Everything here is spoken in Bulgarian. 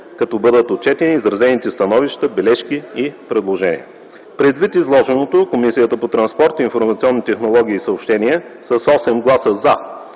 като бъдат отчетени изразените становища, бележки и предложения. Предвид изложеното Комисията по транспорт, информационни технологии и съобщения с 8 гласа „за”